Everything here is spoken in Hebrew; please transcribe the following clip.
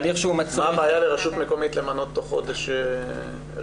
מה הבעיה לרשות מקומית למנות תוך חודש הרכב?